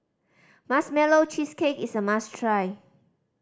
Marshmallow Cheesecake is a must try